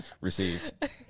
Received